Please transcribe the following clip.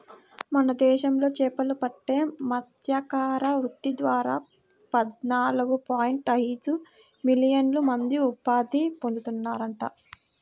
మన దేశంలో చేపలు పట్టే మత్స్యకార వృత్తి ద్వారా పద్నాలుగు పాయింట్ ఐదు మిలియన్ల మంది ఉపాధి పొందుతున్నారంట